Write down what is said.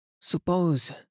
Suppose